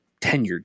tenured